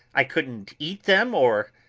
i couldn't eat them or